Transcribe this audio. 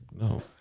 No